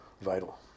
vital